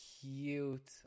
cute